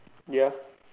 ya